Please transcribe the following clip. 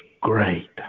great